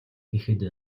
гэхэд